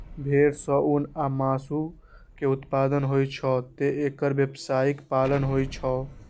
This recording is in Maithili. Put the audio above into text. भेड़ सं ऊन आ मासु के उत्पादन होइ छैं, तें एकर व्यावसायिक पालन होइ छै